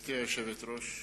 גברתי היושבת-ראש,